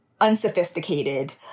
unsophisticated